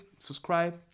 subscribe